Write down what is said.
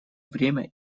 время